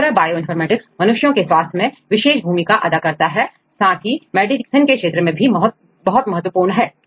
इस तरह बायोइनफॉर्मेटिक्स मनुष्यों के स्वास्थ्य में विशेष भूमिका अदा करता है साथ ही मेडिसिन के क्षेत्र में भी विशेष महत्वपूर्ण है